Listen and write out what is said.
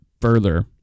further